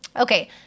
Okay